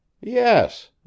Yes